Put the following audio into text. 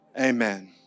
Amen